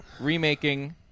remaking